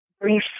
brief